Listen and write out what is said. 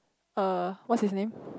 uh what's his name